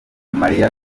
marie